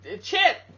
chip